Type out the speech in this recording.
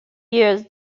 years